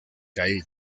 calle